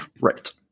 Right